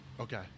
Okay